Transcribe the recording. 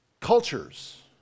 cultures